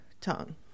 tongue